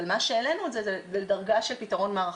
אבל העלינו את זה לדרגה של פתרון מערכתי.